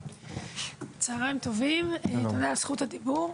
צוהריים טובים, תודה על זכות הדיבור.